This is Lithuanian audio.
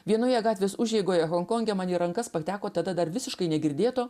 vienoje gatvės užeigoje honkonge man į rankas pateko tada dar visiškai negirdėto